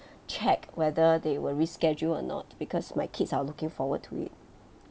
check whether they will reschedule or not because my kids are looking forward to it